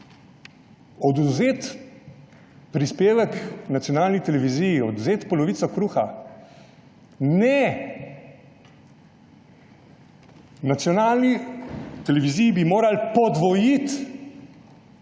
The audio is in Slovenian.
odvzeti prispevek nacionalni televiziji, odvzeti polovico kruha. Ne! Nacionalni televiziji bi morali podvojiti